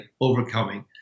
overcoming